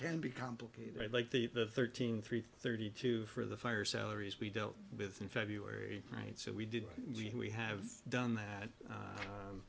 can be complicated like the thirteen three thirty two for the fire salaries we dealt with in february right so we did and we have done that